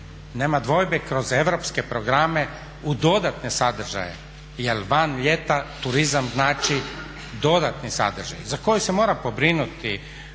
Nema dvojbe kroz europske programe u dodatne sadržaje, jer van ljeta turizam znači dodatni sadržaj za koji se mora pobrinuti